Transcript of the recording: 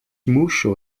muŝo